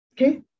okay